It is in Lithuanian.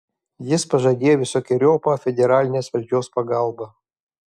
jis pažadėjo visokeriopą federalinės valdžios pagalbą